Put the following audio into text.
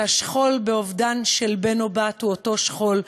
והשכול באובדן של בן או בת הוא אותו שכול,